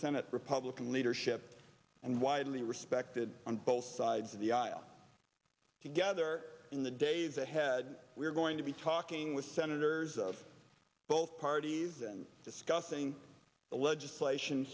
senate republican leadership and widely respected on both sides of the aisle together in the days ahead we're going to be talking with senators of both parties in discussing the legislation